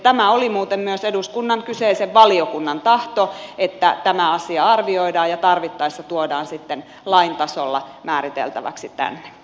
tämä oli muuten myös eduskunnan kyseisen valiokunnan tahto että tämä asia arvioidaan ja tarvittaessa tuodaan sitten lain tasolla määriteltäväksi tänne